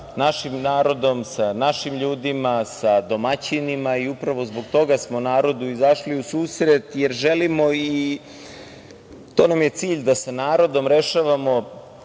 našim narodom, sa našim ljudima, sa domaćinima. Upravo zbog toga smo narodu izašli u susret, jer želimo, i to nam je cilj, da sa narodom rešavamo